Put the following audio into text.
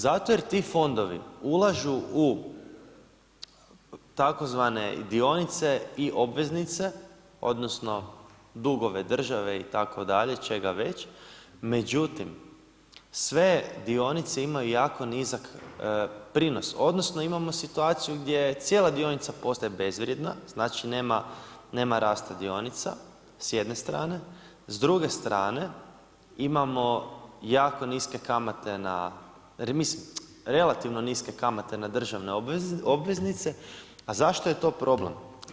Zato jer ti fondovi ulažu u tzv. dionice i obveznice odnosno dugove države itd., čega već međutim sve dionice imaju jako niz prinos odnosno imamo situaciju gdje cijela dionica postaje bezvrijedna, znači nema rasta dionica s jedne strane, s druge strane imamo jako niske kamate, relativno niske kamate na državne obveznice a zašto je to problem?